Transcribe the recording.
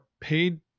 paid